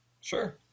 Sure